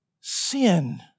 sin